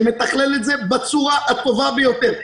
שמתכלל את זה בצורה הטובה ביותר.